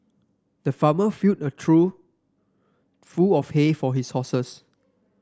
the farmer filled a trough full of hay for his horses